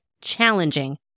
challenging